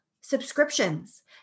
subscriptions